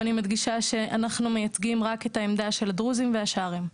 אבל אני מייצגת רק את העמדה של הדרוזים והשרעים.